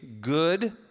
good